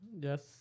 Yes